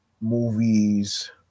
movies